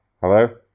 hello